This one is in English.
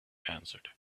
answered